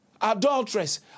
adulteress